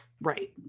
Right